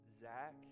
Zach